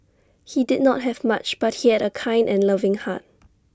he did not have much but he had A kind and loving heart